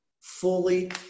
fully